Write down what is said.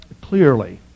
clearly